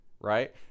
right